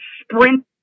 sprint